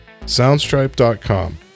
Soundstripe.com